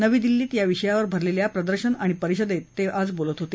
नवी दिल्लीत या विषयावर भरलेल्या प्रदर्शन आणि परिषदेत ते बोलत होते